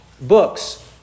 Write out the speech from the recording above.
books